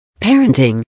Parenting